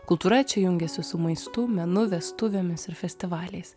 kultūra čia jungiasi su maistu menu vestuvėmis ir festivaliais